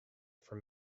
for